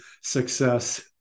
success